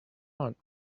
want